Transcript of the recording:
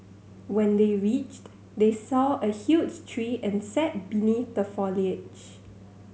when they reached they saw a huge tree and sat beneath the foliage